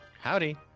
Howdy